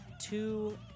two